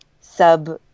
sub